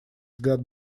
взгляд